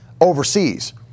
overseas